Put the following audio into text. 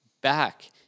back